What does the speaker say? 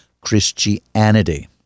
Christianity